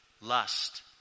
Lust